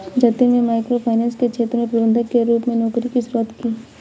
जतिन में micro finance के क्षेत्र में प्रबंधक के रूप में नौकरी की शुरुआत की